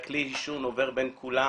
כלי העישון עובר בין כולם,